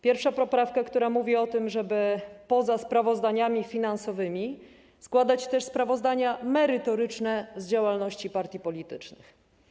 Pierwsza poprawka mówi o tym, żeby poza sprawozdaniami finansowymi składać też sprawozdania merytoryczne z działalności partii politycznych.